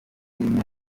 umuntu